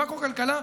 במקרו-כלכלה,